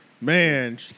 Man